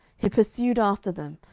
he pursued after them,